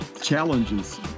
challenges